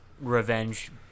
revenge